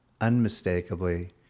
unmistakably